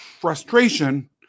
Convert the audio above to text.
frustration